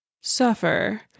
suffer